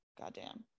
goddamn